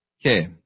Okay